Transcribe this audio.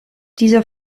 dieser